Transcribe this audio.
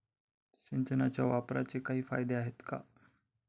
सिंचनाच्या वापराचे काही फायदे आहेत का?